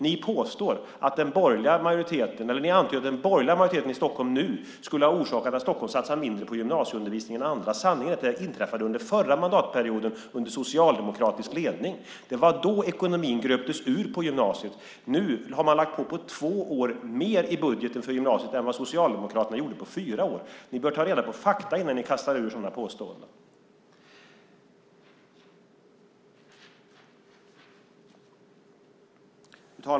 Ni antyder att den borgerliga majoriteten i Stockholm skulle ha orsakat att Stockholm satsar mindre på gymnasieskolan än andra. Sanningen är att det inträffade under den förra mandatperioden, under socialdemokratisk ledning. Det var då ekonomin gröptes ur på gymnasiet. Nu har man på två år lagt på mer i budgeten för gymnasiet än vad Socialdemokraterna gjorde på fyra år. Ni bör ta reda på fakta innan ni kastar ur er sådana påståenden.